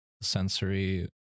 sensory